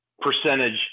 percentage